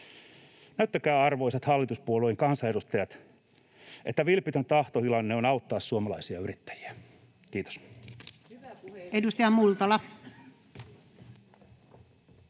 Näyttäkää, arvoisat hallituspuolueiden kansanedustajat, että vilpitön tahtotilanne on auttaa suomalaisia yrittäjiä. — Kiitos.